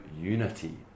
unity